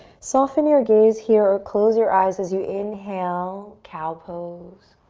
soften your gaze here or close your eyes as you inhale, cow pose.